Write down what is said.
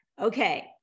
Okay